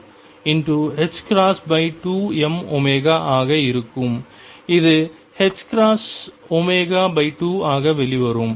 இது 28m2mω12m22mω ஆக இருக்கும் இது ℏω2 ஆக வெளிவரும்